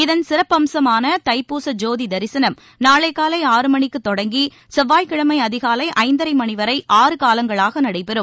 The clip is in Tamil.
இதன் சிறப்பம்சமான தைப்பூச ஜோதி தரிசனம் நாளை காலை ஆறு மணிக்கு தொடங்கி செவ்வாய்கிழமை அதிகாலை ஐந்தரை மணி வரை ஆறு காலங்களாக நடைபெறும்